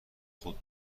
خود